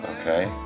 Okay